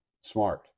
smart